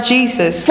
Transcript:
Jesus